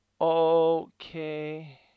Okay